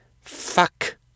fuck